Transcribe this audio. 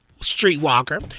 streetwalker